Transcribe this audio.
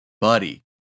buddy